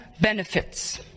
benefits